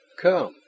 Come